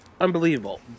unbelievable